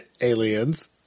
Aliens